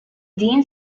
dean